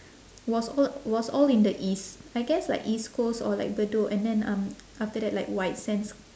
was all was all in the east I guess like east coast or like bedok and then um after that like white sands